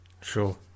Sure